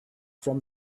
from